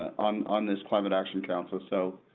on on this climate action council so.